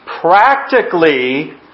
Practically